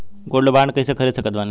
Gold bond कईसे खरीद सकत बानी?